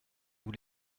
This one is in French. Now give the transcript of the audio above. vous